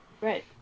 Right